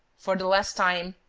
for the last time?